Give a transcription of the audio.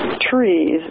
trees